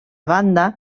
banda